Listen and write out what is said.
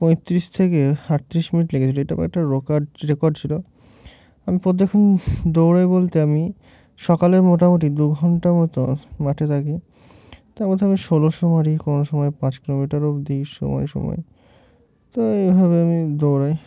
পঁয়ত্রিশ থেকে আটত্রিশ মিনিট লেগেছিলো এটা একটা রকড রেকর্ড ছিলো আমি প্রত্যেকদিন দৌড়াই বলতে আমি সকালে মোটামুটি দু ঘন্টা মতো মাঠে থাকি তার মধ্যে আমি ষোলোশো মারি কোনো সময় পাঁচ কিলোমিটার অবধি সময় সময় তো এইভাবে আমি দৌড়াই